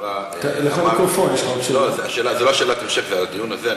זאת לא שאלת המשך לדיון הזה.